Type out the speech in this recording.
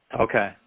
Okay